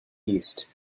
east